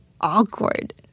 awkward